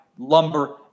lumber